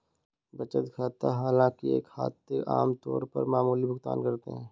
बचत खाता हालांकि ये खाते आम तौर पर मामूली भुगतान करते है